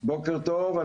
בוקר טוב.